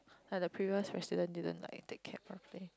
like the previous resident didn't like take care properly